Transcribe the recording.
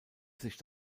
sich